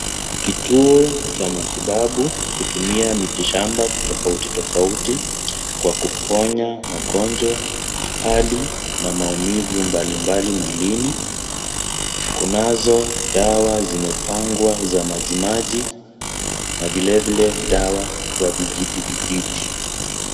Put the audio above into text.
Kituo cha matibabu kutumia dawa tofautitofauti, kwa kuponya magonjwa, hali na maumivu mbalimbali mwilini, kunazo dawa zimepangwa za majimaji na vilevile dawa za vijitivijiti.